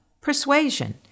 persuasion